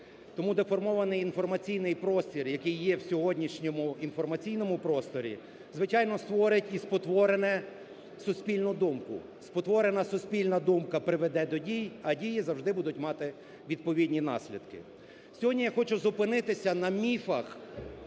Тому деформований інформаційний простір, який є в сьогоднішньому інформаційному просторі, звичайно, створить і спотворену суспільну думку, спотворена суспільна думка приведе до дій, а дії завжди будуть мати відповідні наслідки. Сьогодні я хочу зупинитися на міфах,